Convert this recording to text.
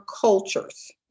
cultures